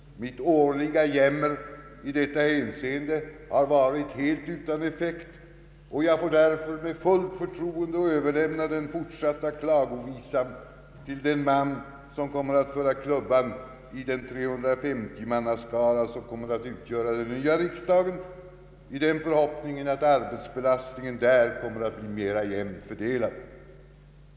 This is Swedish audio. Min årliga jämmer i detta hänseende har varit helt utan effekt, och jag får därför med fullt förtroende överlämna den fortsatta klagovisan till den man som kommer att föra klubban i den 350-mannaskara som kommer att utgöra den nya riksdagen, i den förhoppningen att arbetsbelastningen där kommer att bli mer jämnt fördelad.